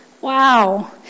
Wow